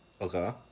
Okay